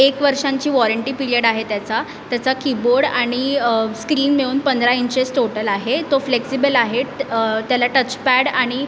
एक वर्षांची warranty period आहे त्याचा त्याचा कीबोर्ड आणि स्क्रीन मिळून पंधरा इंचेस टोटल आहे तो फ्लेक्सिबल आहे ट् त्याला टचपॅड आणि